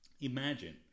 Imagine